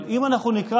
אם אנחנו נקרא